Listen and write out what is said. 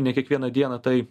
ne kiekvieną dieną tai